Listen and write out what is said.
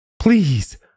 Please